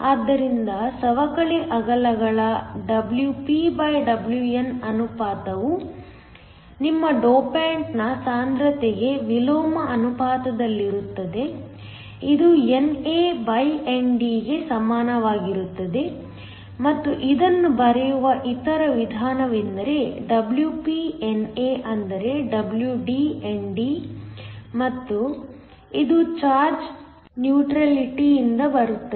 ಆದ್ದರಿಂದ ಸವಕಳಿ ಅಗಲಗಳ WpWn ಅನುಪಾತವು ನಿಮ್ಮ ಡೋಪಾಂಟ್ನ ಸಾಂದ್ರತೆಗೆ ವಿಲೋಮ ಅನುಪಾತದಲ್ಲಿರುತ್ತದೆ ಇದು NDNA ಗೆ ಸಮಾನವಾಗಿರುತ್ತದೆ ಮತ್ತು ಇದನ್ನು ಬರೆಯುವ ಇತರ ವಿಧಾನವೆಂದರೆ Wp NA ಅದರೆ WD ND ಮತ್ತು ಇದು ಚಾರ್ಜ್ ನ್ಯೂಟ್ರಾಲಿಟಿಯಿಂದ ಬರುತ್ತದೆ